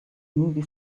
movie